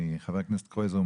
חבר הכנסת קרויזר,